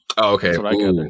okay